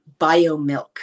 BioMilk